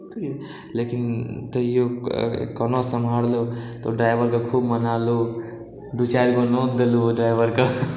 लेकिन तैओ कहुना सम्हारलहुँ तऽ ओ ड्राइवरके खूब मनेलहुँ दू चारि गो नौत देलहुँ ओहि ड्राइवरके